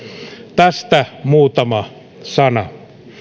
tästä muutama sana